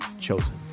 Chosen